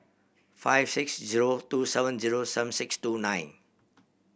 five six zero two seven zero seven six two nine